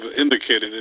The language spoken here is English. indicated